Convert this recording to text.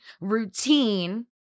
routine